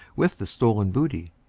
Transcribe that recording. with the stolen booty.